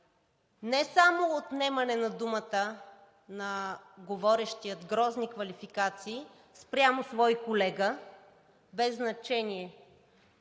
не само отнемане на думата на говорещия грозни квалификации спрямо свой колега, без значение